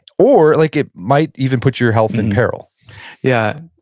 or it like it might even put your health in peril yeah,